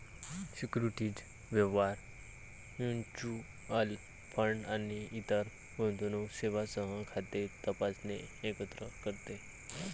securities व्यवहार, mutual fund आणि इतर गुंतवणूक सेवांसह खाते तपासणे एकत्र करते